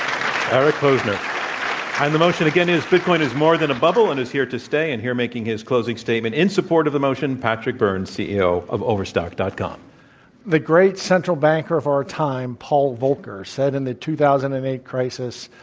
um eric posner. and the motion again is bitcoin is more than a bubble and is here to stay. and here making his closing statement in support of the motion, patrick byrne, ceo of overstock. com. the great central banker of our time paul volcker said in the two thousand and eight eight crisis,